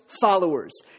followers